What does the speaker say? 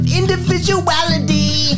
individuality